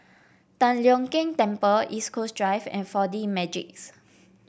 Tian Leong Keng Temple East Coast Drive and Four D Magix